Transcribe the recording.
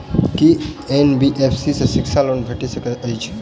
की NBFC सँ शिक्षा loan भेटि सकैत अछि?